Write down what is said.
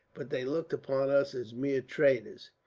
but they looked upon us as mere traders.